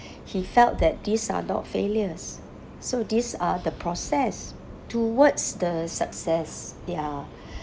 he felt that these are not failures so these are the process towards the success ya